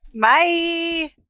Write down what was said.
Bye